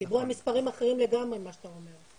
דיברו על מספרים אחרים לגמרי ממה שאתה אומר.